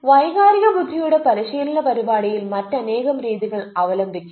വൈകാരിക ബുദ്ധിയുടെ പരിശീലന പരിപാടിയിൽ മറ്റനേകം രീതികൾ അവലംബിക്കാം